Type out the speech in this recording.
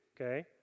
Okay